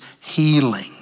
healing